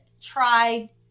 try